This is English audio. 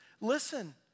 Listen